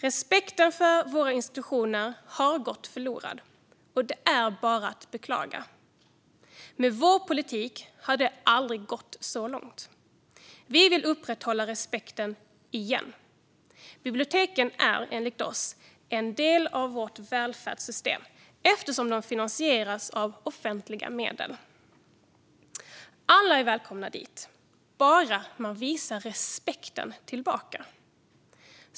Respekten för våra institutioner har gått förlorad, och det är bara att beklaga. Med vår politik hade det aldrig gått så långt. Vi vill återupprätta respekten. Biblioteken är enligt oss en del av vårt välfärdssystem, eftersom de finansieras med offentliga medel. Alla är välkomna dit, bara man visar respekt.